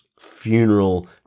funeral